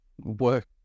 work